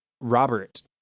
Robert